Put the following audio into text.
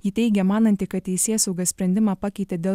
ji teigia mananti kad teisėsauga sprendimą pakeitė dėl